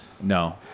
No